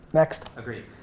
next. agreed.